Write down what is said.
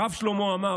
הרב שלמה עמאר,